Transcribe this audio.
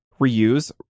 reuse